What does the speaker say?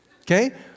okay